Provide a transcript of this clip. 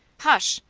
hush!